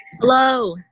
hello